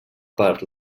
part